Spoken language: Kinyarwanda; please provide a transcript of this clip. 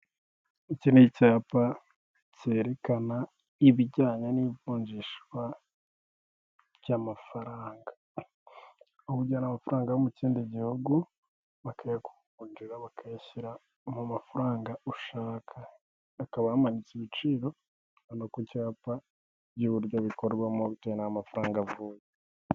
Iki icyapa cyerekana ibijyanye n'ivunjishwa ry'amafaranga, aho ujyana amafaranga yo mu kindi gihugu bakayakuvunjira bakayashyira mu mafaranga ushaka, hakaba hamanitse ibiciro by'uburyo bikorwamo bitewe n'amafaranga avuyemo.